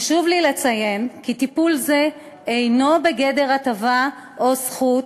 חשוב לי לציין כי טיפול זה אינו בגדר הטבה או זכות,